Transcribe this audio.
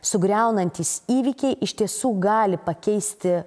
sugriaunantys įvykiai iš tiesų gali pakeisti